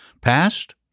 Past